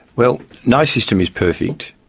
well, no system is perfect,